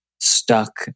stuck